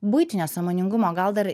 buitinio sąmoningumo gal dar